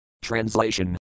Translation